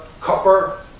copper